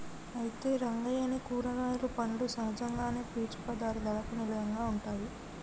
అయితే రంగయ్య నీ కూరగాయలు పండ్లు సహజంగానే పీచు పదార్థాలకు నిలయంగా ఉంటాయి